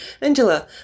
Angela